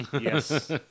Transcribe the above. yes